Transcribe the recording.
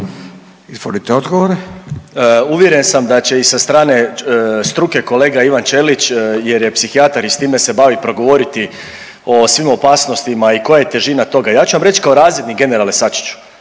Marin (MOST)** Uvjeren sam da će i sa strane struke kolega Ivana Ćelić jer je psihijatar i s time se bavi progovoriti o svim opasnostima i koja je težina toga. Ja ću vam reći kao razrednik generale Sačiću.